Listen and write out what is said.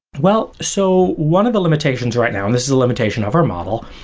well, so one of the limitations right now and this is a limitation of our model,